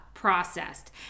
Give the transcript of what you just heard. processed